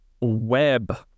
web